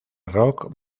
rock